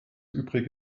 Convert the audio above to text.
übrig